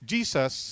Jesus